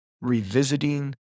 revisiting